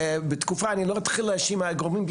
אני לא מתחיל להאשים גורמים,